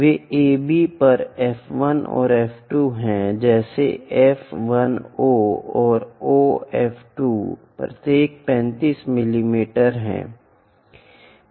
वे AB पर F 1 और F 2 हैं जैसे F 1 O और O F 2 प्रत्येक 35 मिमी हैं